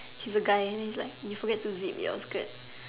she is a guy and then he is like you forget to zip your skirt